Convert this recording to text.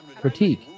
Critique